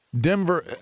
Denver